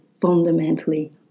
fundamentally